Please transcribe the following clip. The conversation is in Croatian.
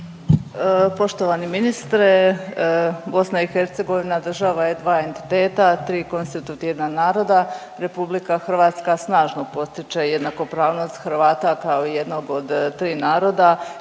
Poštovani ministre, BiH država je dva entiteta, tri konstitutivna naroda, RH snažno potiče jednakopravnost Hrvata kao jednog od tri naroda